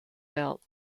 belt